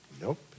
Nope